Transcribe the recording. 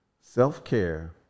Self-care